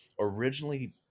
originally